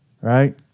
right